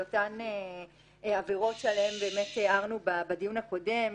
זה אותן עבירות שעליהן הערנו בדיון הקודם,